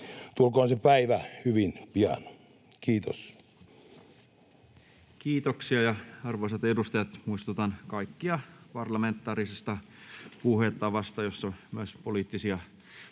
Tulkoon se päivä hyvin pian. — Kiitos. Kiitän! Kiitoksia. — Arvoisat edustajat, muistutan kaikkia parlamentaarisesta puhetavasta, jossa myös poliittisista